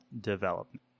development